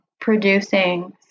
producing